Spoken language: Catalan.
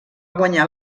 guanyar